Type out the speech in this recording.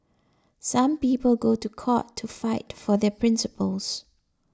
some people go to court to fight for their principles